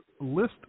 List